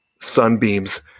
sunbeams